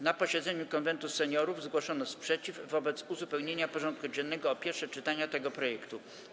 Na posiedzeniu Konwentu Seniorów zgłoszono sprzeciw wobec propozycji uzupełnienia porządku dziennego o pierwsze czytanie tego projektu.